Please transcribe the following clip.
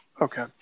Okay